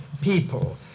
people